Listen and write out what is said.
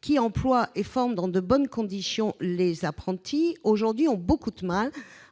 qui emploient et forment dans de bonnes conditions les apprentis ont aujourd'hui beaucoup de mal